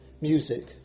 music